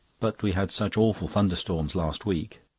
but we had such awful thunderstorms last week.